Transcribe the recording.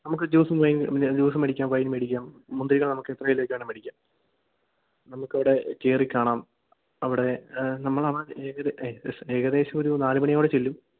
നമുക്ക് ജൂസും വൈനും പിന്നെ ജൂസ്സ് മേടിക്കാം വൈൻ മേടിക്കാം മുന്തിരികൾ നമുക്ക് എത്ര കിലോക്ക് വേണേൽ മേടിക്കാം നമുക്ക് അവിടെ കയറിക്കാണാം അവിടെ നമ്മൾ അവിടെ ഏകദേശം ഏകദേശം ഒരു നാല് മണിയോടെ ചെല്ലും